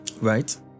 right